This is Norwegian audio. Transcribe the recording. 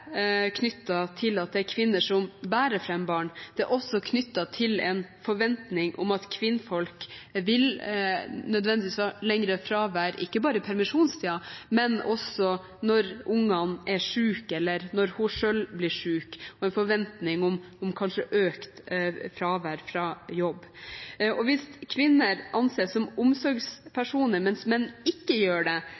til at det er kvinner som bærer fram barn, det er også knyttet til en forventning om at kvinner nødvendigvis vil ha lengre fravær, ikke bare i permisjonstiden, men også når barna er syke eller de selv blir syke – en forventning om økt fravær fra jobb. Hvis kvinner anses som omsorgspersoner, mens menn ikke gjør det,